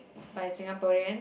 by Singaporean